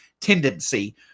tendency